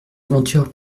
aventure